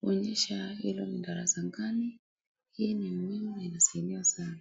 kuonyesha hilo ni darasa gani. Hii ni muhimu inasaidia sana.